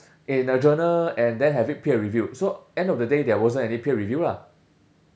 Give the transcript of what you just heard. in a journal and then have it peer reviewed so end of the day there wasn't any peer review lah